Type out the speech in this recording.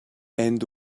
and